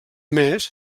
més